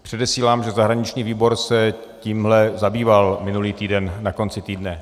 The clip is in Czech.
Předesílám, že zahraniční výbor se tímhle zabýval minulý týden, na konci týdne.